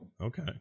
Okay